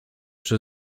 czy